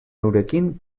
eurekin